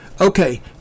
Okay